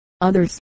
others